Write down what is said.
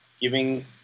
giving